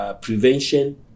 Prevention